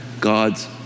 God's